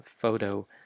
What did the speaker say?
photo